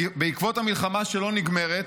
בעקבות המלחמה שלא נגמרת,